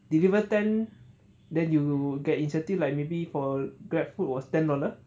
deliver ten then you will get incentives like maybe for grabfood was ten dollar